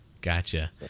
Gotcha